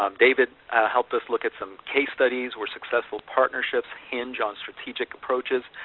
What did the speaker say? um david helped us look at some case studies where successful partnerships hinge on strategic approaches,